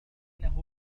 إنه